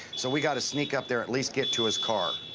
so we've got to sneak up there, at least get to his car.